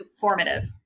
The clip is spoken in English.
formative